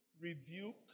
rebuke